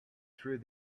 through